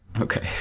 Okay